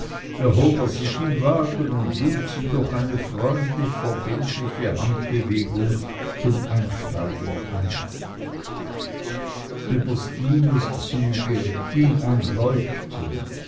sich im wagen und lud sie durch eine freundlich verbindliche handbewegung zum einsteigen ein über stines züge ging ein leuchten